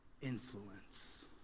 influence